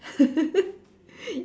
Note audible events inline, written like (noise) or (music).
(laughs)